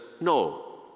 No